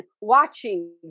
watching